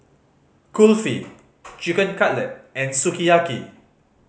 Kulfi Chicken Cutlet and Sukiyaki